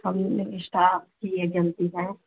ہم نے اشٹاف کی یہ غلطی ہے